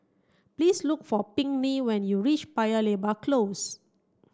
please look for Pinkney when you reach Paya Lebar Close